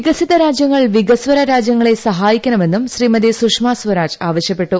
വികസിത രാജ്യങ്ങൾ വികസ്വര രാജ്യങ്ങളെ സഹായിക്കണമെന്നും ശ്രീമതി സുഷമ സ്വരാജ് ആവശ്യപ്പെട്ടു